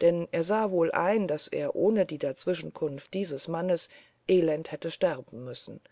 denn er sah wohl ein daß er ohne die dazwischenkunft dieses mannes elend hätte sterben müssen